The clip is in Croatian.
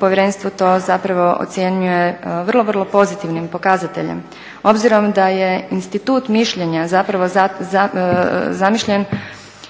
povjerenstvo to zapravo ocjenjuje vrlo, vrlo pozitivnim pokazateljem obzirom da je institut mišljenja zapravo zamišljen